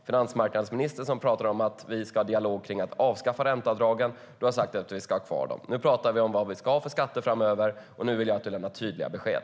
Finansmarknadsministern talar om att vi ska föra dialog om att avskaffa ränteavdragen. Du har sagt att vi ska ha kvar dem. Nu talar vi om vad vi ska ha för skatter framöver, och nu vill jag att du lämnar tydliga besked.